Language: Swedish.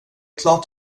klart